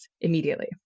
immediately